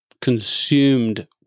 consumed